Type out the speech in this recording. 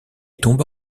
tomba